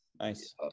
Nice